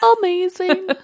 Amazing